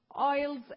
oils